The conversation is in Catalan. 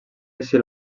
així